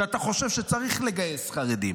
שאתה חושב שצריך לגייס חרדים,